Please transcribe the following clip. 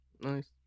Nice